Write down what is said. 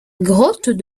grotte